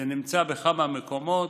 זה נמצא בכמה מקומות.